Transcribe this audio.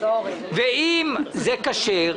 אם זה כשר,